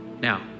Now